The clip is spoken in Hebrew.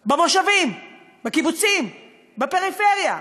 במושבים, בקיבוצים, בפריפריה.